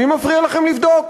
מי מפריע לכם לבדוק?